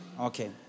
Okay